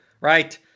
right